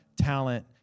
talent